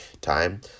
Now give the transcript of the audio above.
time